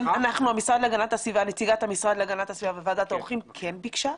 אני נציגת המשרד להגנת הסביבה בוועדת העורכים שכן ביקשה.